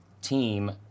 Team